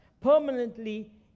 permanently